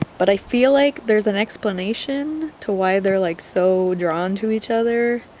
but i feel like there's an explanation to why they're like so drawn to each other,